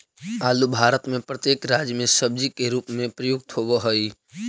आलू भारत में प्रत्येक राज्य में सब्जी के रूप में प्रयुक्त होवअ हई